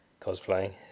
cosplaying